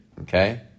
okay